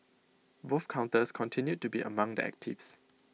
both counters continued to be among the actives